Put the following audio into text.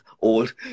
old